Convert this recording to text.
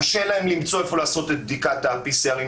קשה להם למצוא היכן לעשות את בדיקת ה-PCR.